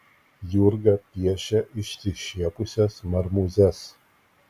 jurga piešia išsišiepusias marmūzes